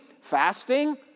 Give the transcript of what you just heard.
fasting